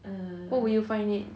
what will you find it